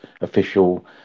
official